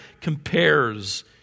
compares